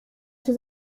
cię